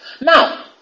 Now